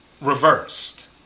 reversed